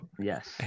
Yes